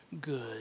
good